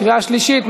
קריאה שלישית.